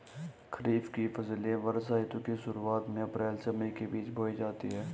खरीफ की फसलें वर्षा ऋतु की शुरुआत में अप्रैल से मई के बीच बोई जाती हैं